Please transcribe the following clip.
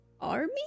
army